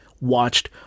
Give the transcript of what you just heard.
watched